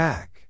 Back